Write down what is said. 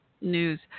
news